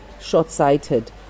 short-sighted